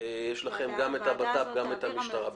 יש לכם גם את ביטחון פנים וגם את המשטרה בפנים.